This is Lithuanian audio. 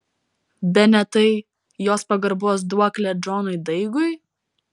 bene tai jos pagarbos duoklė džonui daigui